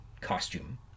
costume